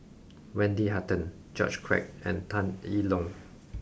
Wendy Hutton George Quek and Tan Yi Tong